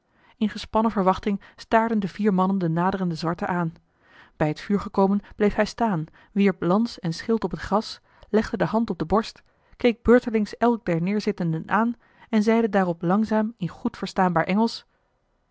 in gespannen verwachting staarden de vier mannen den naderenden zwarte aan bij het vuur gekomen bleef hij staan wierp lans en schild op het gras legde de hand op de borst keek beurtelings elk der neerzittenden aan en zeide daarop langzaam in goed verstaanbaar engelsch